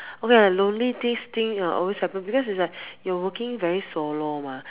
okay ya lonely this thing ha always happen because it's like you working very solo mah